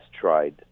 tried